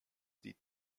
did